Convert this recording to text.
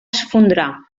esfondrar